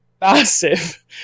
massive